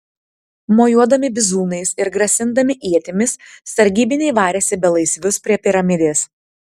mojuodami bizūnais ir grasindami ietimis sargybiniai varėsi belaisvius prie piramidės